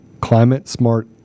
climate-smart